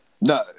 no